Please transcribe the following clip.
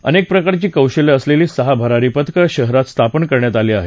अनेक प्रकारची कौशल्य असलेली सहा भरारी पथक शहरात स्थापन करण्यात आली आहेत